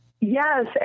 Yes